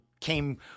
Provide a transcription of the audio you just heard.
came